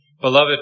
Beloved